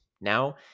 Now